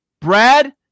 Brad